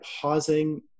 pausing